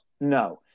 No